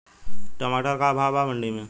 टमाटर का भाव बा मंडी मे?